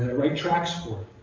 ah write tracts for,